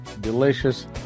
Delicious